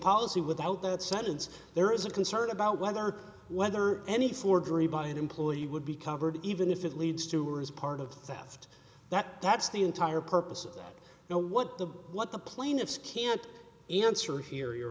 policy without that sentence there is a concern about whether whether any forgery by an employee would be covered even if it leads to or as part of theft that that's the entire purpose of you know what the what the plaintiffs can't answer here you